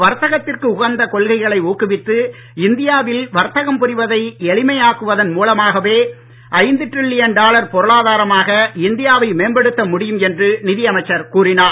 வர்த்தகத்திற்கு உகந்த கொள்கைகளை ஊக்குவித்து இந்தியா வில் வர்த்தகம் புரிவதை எளிமையாக்குவதன் ட்ரில்லியன் டாலர் பொருளாதாரமாக இந்தியாவை மேம்படுத்த முடியும் என்று நிதி அமைச்சர் கூறினார்